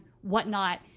whatnot